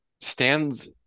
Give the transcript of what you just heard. stands